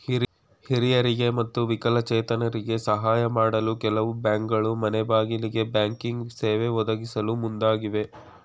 ಹಿರಿಯರಿಗೆ ಮತ್ತು ವಿಕಲಚೇತರಿಗೆ ಸಾಹಯ ಮಾಡಲು ಕೆಲವು ಬ್ಯಾಂಕ್ಗಳು ಮನೆಗ್ಬಾಗಿಲಿಗೆ ಬ್ಯಾಂಕಿಂಗ್ ಸೇವೆ ಒದಗಿಸಲು ಮುಂದಾಗಿವೆ